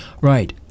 Right